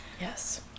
Yes